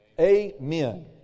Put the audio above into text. Amen